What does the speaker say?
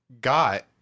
got